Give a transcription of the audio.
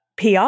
PR